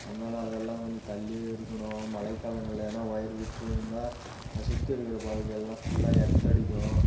அதனால அதெல்லாம் கொஞ்சம் தள்ளியே இருக்கணும் மழை காலங்களில் எதுனால் ஒயர் விட்டிருந்தா அதை சுற்றி இருக்கிற பகுதியெல்லாம் ஃபுல்லாக எர்த்தடிக்கும்